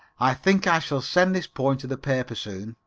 i think i shall send this poem to the paper soon.